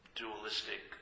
dualistic